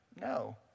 No